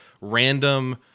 random